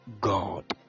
God